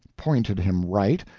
pointed him right,